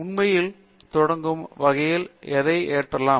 உண்மையில் தொடங்கும் வகையில் அதை ஏற்றலாம்